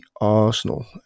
Arsenal